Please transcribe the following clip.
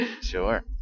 Sure